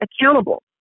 accountable